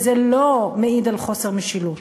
וזה לא מעיד על חוסר משילות.